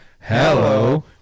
Hello